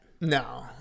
No